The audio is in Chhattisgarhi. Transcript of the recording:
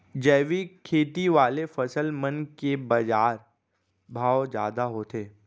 जैविक खेती वाले फसल मन के बाजार भाव जादा होथे